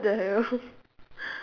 what the hell